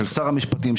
של שר המשפטים,